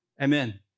Amen